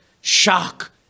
Shock